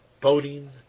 boating